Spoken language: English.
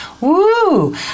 Woo